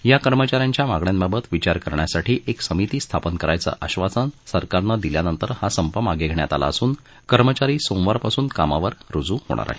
या कर्मचा यांच्या मागण्यांबाबत विचार करण्यासाठी एक समिती स्थापन करायचं आश्वासन सरकारनं दिल्यानंतर हा संप मागे घेण्यात आला असून कर्मचारी सोमवारपासून कामावर रूजू होणार आहेत